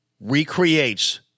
recreates